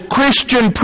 Christian